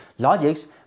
logics